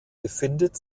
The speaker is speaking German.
befindet